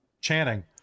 Channing